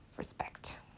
respect